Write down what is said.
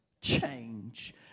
change